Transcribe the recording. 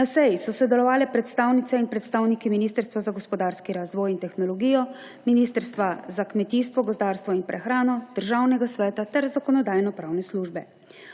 Na seji so sodelovali predstavnice in predstavniki Ministrstva za gospodarski razvoj in tehnologijo, Ministrstva za kmetijstvo, gozdarstvo in prehrano, Državnega sveta ter Zakonodajno-pravne službe.